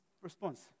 response